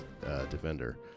defender